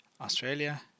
Australia